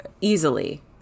easily